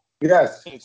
yes